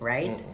Right